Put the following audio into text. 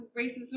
racism